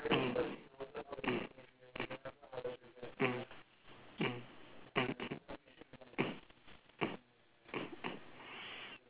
mm mm mm mm